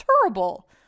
terrible